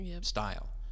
style